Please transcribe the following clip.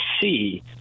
see